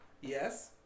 Yes